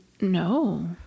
No